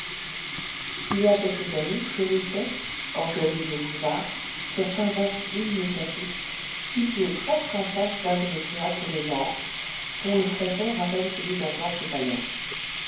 il y a quelques années florissait orgueil de nos boulevards certain vaste et lumineux café situé presque en face d'un de nos théâtres de genre dont le fronton rappelle celui d'un temple païen